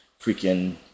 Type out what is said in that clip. freaking